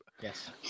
Yes